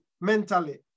mentally